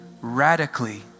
radically